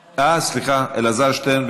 סליחה, בבקשה, אלעזר שטרן,